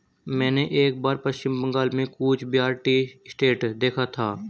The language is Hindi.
मैंने एक बार पश्चिम बंगाल में कूच बिहार टी एस्टेट देखा था